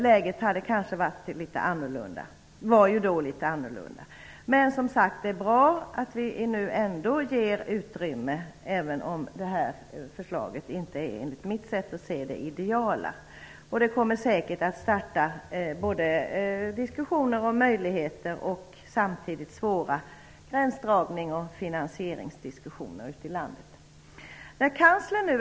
Läget var ju annorlunda då. Det är bra att vi nu ger utrymme för detta, även om förslaget inte är det ideala. Det kommer säkert att leda till diskussioner om möjligheter. Det kommer också att ge upphov till svåra diskussioner ute i landet om gränsdragning och finansiering.